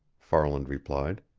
farland replied.